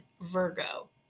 Virgo